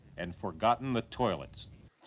and forgotten the toilets.